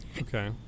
okay